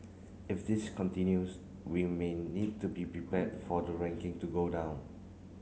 if this continues we may need to be prepared for the ranking to go down